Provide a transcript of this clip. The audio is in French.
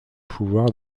pouvoir